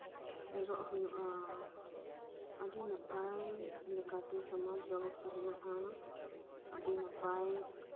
ᱮᱨᱚᱜ ᱦᱩᱭᱩᱜ ᱟ ᱟᱹᱰᱤ ᱱᱟᱯᱟᱭ ᱞᱮᱠᱟᱛᱮ ᱥᱚᱢᱟᱡ ᱵᱮᱵᱚᱥᱛᱟ ᱦᱮᱱᱟᱜ ᱟ ᱟᱹᱰᱤ ᱱᱟᱯᱟᱭ